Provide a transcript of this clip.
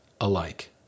alike